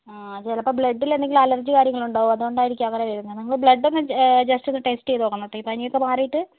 ചിലപ്പം ബ്ലഡില് എന്തെങ്കിലും അലര്ജി കാര്യങ്ങളും ഉണ്ടാവും അതുകൊണ്ടായിരിക്കും അങ്ങനെ വരുന്നത് നിങ്ങള് ബ്ലഡ് ഒന്ന് ജസ്റ്റ് ഒന്ന് ടെസ്റ്റ് ചെയ്ത് നോക്കണം മറ്റേ ഈ പനിയൊക്കെ മാറിയിട്ട്